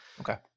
Okay